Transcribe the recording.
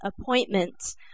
appointments